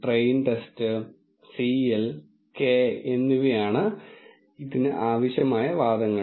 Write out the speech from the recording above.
train test cl k എന്നിവയാണ് ഇതിന് ആവശ്യമായ വാദങ്ങൾ